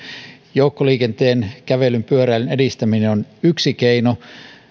joukkoliikenteen kävelyn pyöräilyn edistäminen on yksi keino